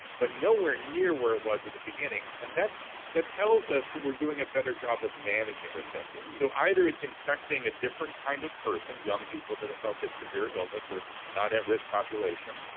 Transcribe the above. but nowhere near where it was at the beginning and that tells us that we're doing a better job of managing this thing. so, either it's infecting a different kind of person, young people that don't don't get severe illness or not at risk population.